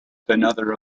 another